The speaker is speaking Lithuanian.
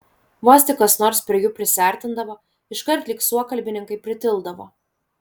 vos tik kas nors prie jų prisiartindavo iškart lyg suokalbininkai pritildavo